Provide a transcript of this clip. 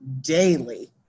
daily